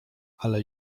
ale